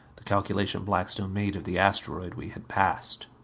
the calculation blackstone made of the asteroid we had passed.